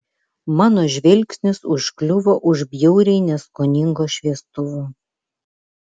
mano žvilgsnis užkliuvo už bjauriai neskoningo šviestuvo